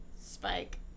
Spike